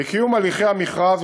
בקיום הליכי המכרז,